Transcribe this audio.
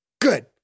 Good